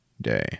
day